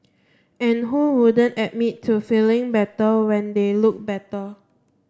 and who wouldn't admit to feeling better when they look better